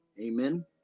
amen